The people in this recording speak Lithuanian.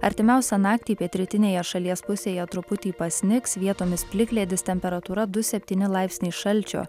artimiausią naktį pietrytinėje šalies pusėje truputį pasnigs vietomis plikledis temperatūra du septyni laipsniai šalčio